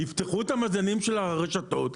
תפתחו את המאזנים של הרשתות,